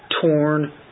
torn